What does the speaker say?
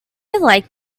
like